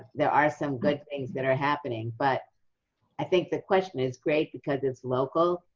there are some good things that are happening. but i think the question is great because it's local,